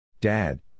Dad